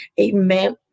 Amen